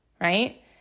right